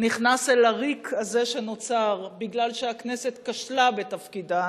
נכנס אל הריק הזה שנוצר בגלל שהכנסת כשלה בתפקידה